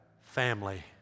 family